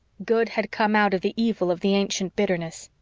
good had come out of the evil of the ancient bitterness.